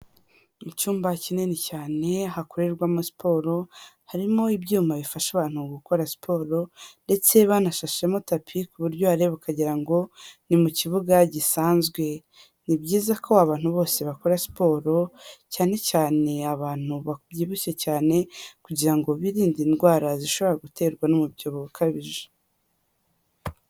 Mu cyumba kinini cyane, hakorerwamo siporo, harimo ibyuma bifasha abantu gukora siporo ndetse banashashemo tapi, ku buryo uhareba ukagira ngo ni mu kibuga gisanzwe. Ni byiza ko abantu bose bakora siporo, cyane cyane abantu babyibushye cyane kugira ngo birinde indwara zishobora guterwa n'umubyibuho ukabije.